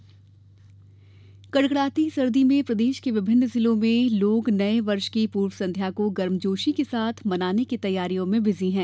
नववर्ष तैयारी कड़कड़ाती सर्दी में प्रदेश के विभिन्न जिलों में लोग नये वर्ष की पूर्व संध्या को गर्मजोशी के साथ मनाने की तैयारियों में व्यस्त हैं